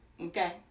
okay